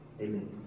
amen